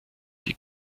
die